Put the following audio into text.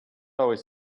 always